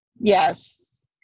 Yes